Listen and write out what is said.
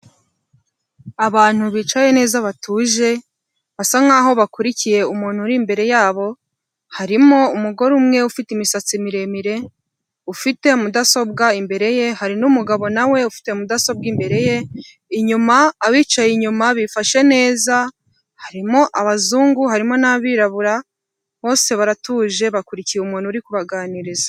Abantu bicaye neza batuje, basa nk'aho bakurikiye umuntu uri imbere yabo, harimo umugore umwe ufite imisatsi miremire, ufite mudasobwa imbere ye, hari n'umugabo na we ufite mudasobwa imbere ye, inyuma abicaye inyuma bifashe neza, harimo abazungu harimo n'abirabura, bose baratuje bakurikiye umuntu uri kubaganiriza.